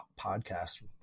podcast